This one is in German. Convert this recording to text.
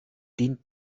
dient